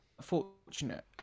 fortunate